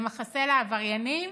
למחסה לעבריינים,